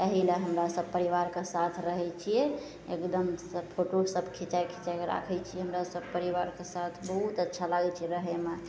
एहिले हमरासभ परिवारके साथ रहै छिए एगदमसे फोटोसब खिचै खिचैके राखै छिए हमरासभ परिवारके साथ बहुत अच्छा लागै छै रहैमे